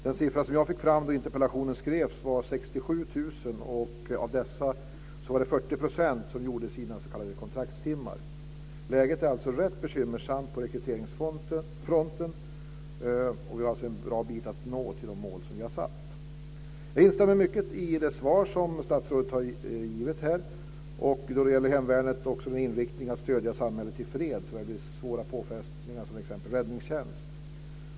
De siffra som jag fick fram då interpellationen skrevs var 67 000, och bland dessa var det 40 % som gjorde sina s.k. kontraktstimmar. Läget är alltså rätt bekymmersamt på rekryteringsfronten. Vi har en bra bit kvar för att nå de mål som vi har satt upp. Jag instämmer med mycket i det svar som statsrådet har givit här, bl.a. när det gäller hemvärnets inriktning att också stödja samhället vid svåra påfrestningar i fred, t.ex. i samband med räddningstjänst.